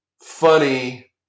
funny